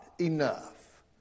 enough